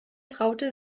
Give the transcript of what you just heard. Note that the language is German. traute